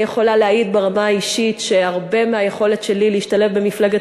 אני יכולה להעיד ברמה האישית שהרבה מהיכולת שלי להשתלב במפלגת